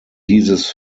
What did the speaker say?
dieses